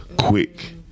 quick